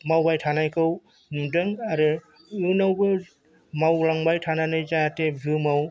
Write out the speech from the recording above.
मावबाय थानायखौ नुदों आरो उनावबो मावलांबाय थानानै जाहाथे बुहुमाव